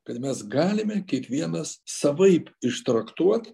kad mes galime kiekvienas savaip ištraktuot